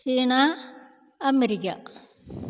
China America